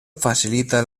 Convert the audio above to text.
facilita